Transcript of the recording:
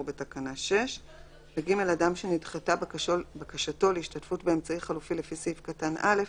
בתקנה 6. אדם שנדחתה בקשתו להשתתפות באמצעי חלופי לפי סעיף קטן (א),